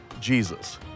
Jesus